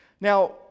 Now